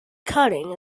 cutting